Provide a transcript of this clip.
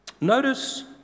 notice